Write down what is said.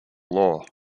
law